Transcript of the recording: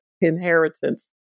inheritance